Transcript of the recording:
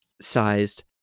sized